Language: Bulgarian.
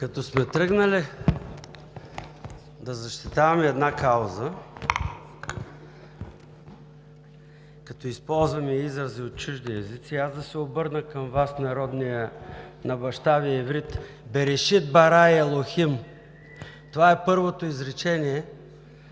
Като сме тръгнали да защитаваме кауза, като използваме изрази от чужди езици, и аз да се обърна към Вас на родния за баща Ви иврит: „Берешит бара Елохим“. Това е първото изречение